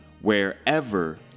wherever